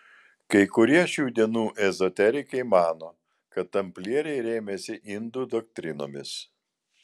kai kurie šių dienų ezoterikai mano kad tamplieriai rėmėsi indų doktrinomis